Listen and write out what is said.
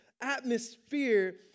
atmosphere